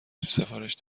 سفارش